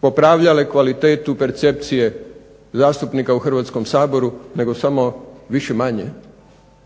popravljale kvalitetu percepcije zastupnika u Hrvatskom saboru nego samo više-manje